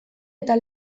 eta